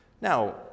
Now